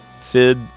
Sid